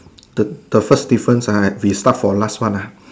the the first difference uh we start from last one uh